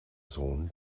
sohn